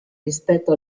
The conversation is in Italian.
rispetto